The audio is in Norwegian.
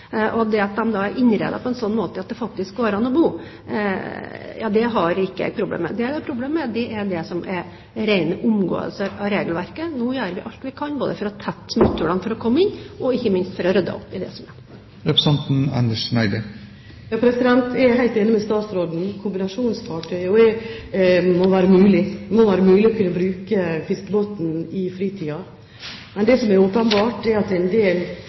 er innredet på en slik måte at det går an å bo der, har jeg ikke problemer med. Det jeg har problemer med, er det som er rene omgåelser av regelverket. Nå gjør vi alt vi kan både for å tette smutthullene for å komme inn og ikke minst for å rydde opp i det som er. Jeg er helt enig med statsråden: Kombinasjonsfartøy må være mulig. Det må være mulig å kunne bruke fiskebåten i fritiden. Men det som er åpenbart, er at en del båter ikke har plass til fiskeutstyr. De har basseng og litt av hvert annet, og det er